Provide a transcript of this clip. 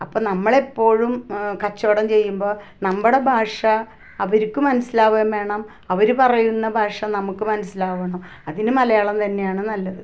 അപ്പം നമ്മൾ എപ്പോഴും കച്ചവടം ചെയ്യുമ്പോൾ നമ്മുടെ ഭാഷ അവർക്ക് മനസ്സിലാവും വേണം അവർ പറയുന്ന ഭാഷ നമുക്ക് മനസ്സിലാവണം അതിന് മലയാളം തന്നെയാണ് നല്ലത്